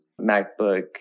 MacBook